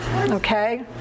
okay